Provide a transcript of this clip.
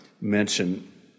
mention